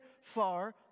far